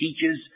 teachers